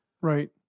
Right